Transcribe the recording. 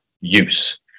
use